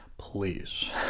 Please